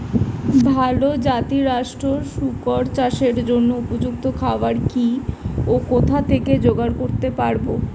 ভালো জাতিরাষ্ট্রের শুকর চাষের জন্য উপযুক্ত খাবার কি ও কোথা থেকে জোগাড় করতে পারব?